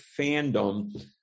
fandom